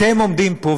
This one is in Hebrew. אתם עומדים פה,